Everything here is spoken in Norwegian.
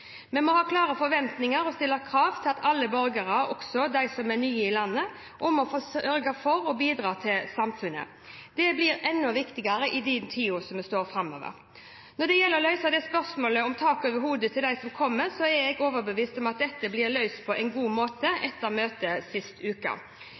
Vi må ha klare forventninger og stille krav til alle borgere, også dem som er nye i landet, om å forsørge seg og bidra i samfunnet. Det blir enda viktigere i tida framover. Når det gjelder å løse spørsmålet om tak over hodet til dem som kommer, er jeg overbevist om at dette blir løst på en god måte, etter møtet sist uke.